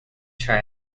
try